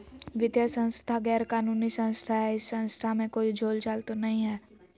वित्तीय संस्था गैर कानूनी संस्था है इस संस्था में कोई झोलझाल तो नहीं है?